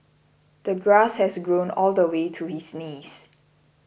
the grass has grown all the way to his knees